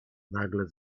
nagle